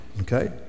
okay